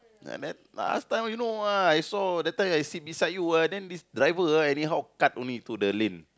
uh that last time you know ah I saw that time I sit beside you ah then this driver ah anyhow cut only into the lane